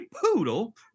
poodle